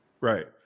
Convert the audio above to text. Right